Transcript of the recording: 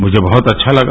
मुझे बहत अच्छा लगा